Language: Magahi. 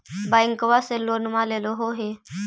बैंकवा से लोनवा लेलहो हे?